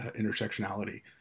intersectionality